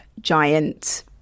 giant